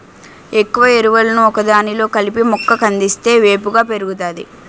ఎక్కువ ఎరువులను ఒకదానిలో కలిపి మొక్క కందిస్తే వేపుగా పెరుగుతాది